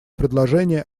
предложение